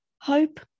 Hope